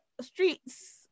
streets